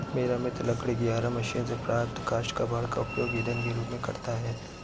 मेरा मित्र लकड़ी की आरा मशीन से प्राप्त काष्ठ कबाड़ का उपयोग ईंधन के रूप में करता है